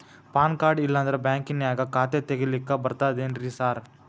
PAN card ಇಲ್ಲಂದ್ರ ಬ್ಯಾಂಕಿನ್ಯಾಗ ಖಾತೆ ತೆಗೆಲಿಕ್ಕಿ ಬರ್ತಾದೇನ್ರಿ ಸಾರ್?